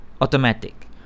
automatic